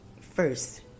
first